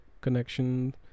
connection